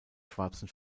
schwarzen